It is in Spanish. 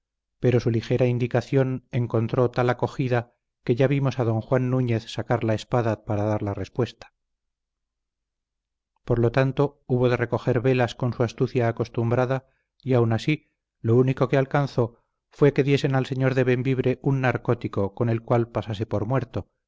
pero su ligera indicación encontró tal acogida que ya vimos a don juan núñez sacar la espada para dar la respuesta por lo tanto hubo de recoger velas con su astucia acostumbrada y aun así lo único que alcanzó fue que diesen al señor de bembibre un narcótico con el cual pasase por muerto